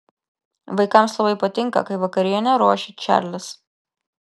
vaikams labai patinka kai vakarienę ruošia čarlis